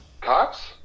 Cops